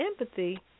empathy